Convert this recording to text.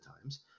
times